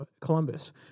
Columbus